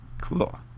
Cool